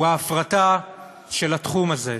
הוא ההפרטה של התחום הזה.